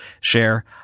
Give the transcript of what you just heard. share